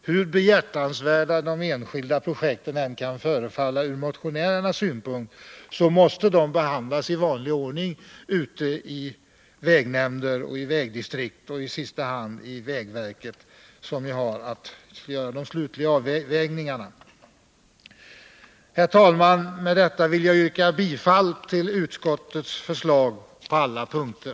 Hur behjärtansvärda de enskilda projekten än kan förefalla ur motionärernas synpunkt måste de behandlas i vanlig ordning i vägnämnder, i vägdistrikt och i sista hand i vägverket, som ju har att göra de slutliga bedömningarna. Herr talman! Med detta vill jag yrka bifall till utskottets förslag på alla punkter.